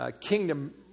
kingdom